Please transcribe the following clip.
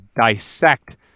dissect